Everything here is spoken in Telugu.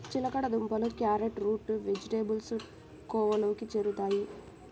చిలకడ దుంపలు, క్యారెట్లు రూట్ వెజిటేబుల్స్ కోవలోకి చేరుతాయి